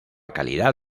calidad